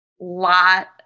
lot